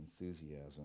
enthusiasm